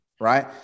right